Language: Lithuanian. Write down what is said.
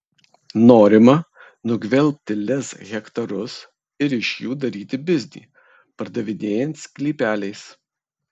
norima nugvelbti lez hektarus ir iš jų daryti biznį pardavinėjant sklypeliais